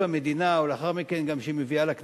המדינה ולאחר מכן היא גם מביאה אותו לכנסת.